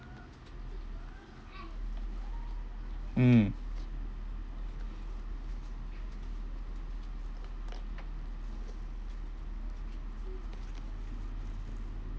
mm